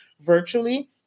virtually